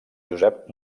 josep